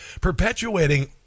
perpetuating